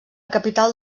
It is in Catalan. capital